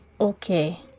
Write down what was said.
okay